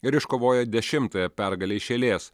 ir iškovojo dešimtąją pergalę iš eilės